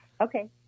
Okay